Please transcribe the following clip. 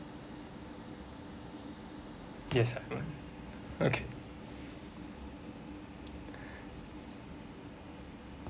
yes I want okay